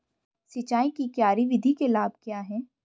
सिंचाई की क्यारी विधि के लाभ क्या हैं?